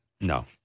no